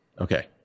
Okay